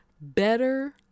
better